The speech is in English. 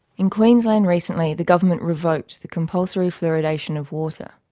in queensland recently, the government revoked the compulsory fluoridation of water.